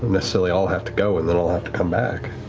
necessarily all have to go and then all have to come back.